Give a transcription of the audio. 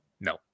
No